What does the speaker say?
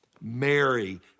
Mary